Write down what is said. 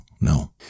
No